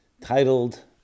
titled